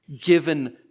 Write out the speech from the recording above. given